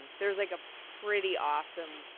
and there's like a pretty awesome,